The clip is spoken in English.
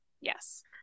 Yes